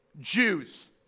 Jews